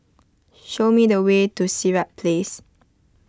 show me the way to Sirat Place